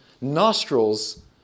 nostrils